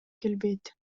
келбейт